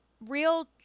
real